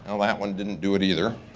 oh, that one didn't do it either.